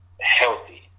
Healthy